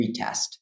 retest